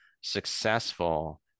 successful